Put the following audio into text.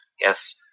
Yes